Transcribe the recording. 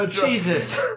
Jesus